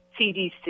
CDC